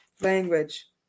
language